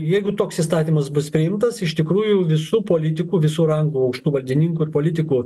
jeigu toks įstatymas bus priimtas iš tikrųjų visų politikų visų rangų aukštų valdininkų politikų